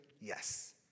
yes